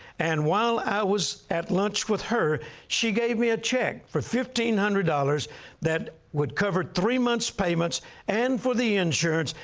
and while i was at lunch with her, she gave me a check for one hundred dollars that would cover three month's payments and for the insurance.